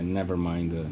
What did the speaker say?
Nevermind